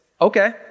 okay